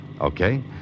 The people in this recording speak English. Okay